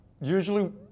Usually